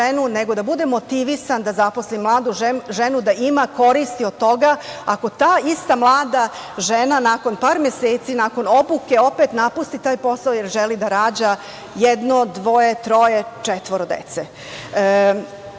nego da bude motivisan da zaposli mladu ženu, da ima koristi od toga, ako ta ista mlada žena nakon par meseci, nakon obuke opet napusti taj posao, jer želi da rađa jedno, dvoje, troje, četvoro dece. To